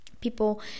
People